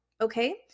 Okay